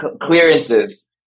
clearances